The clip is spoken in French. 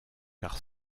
car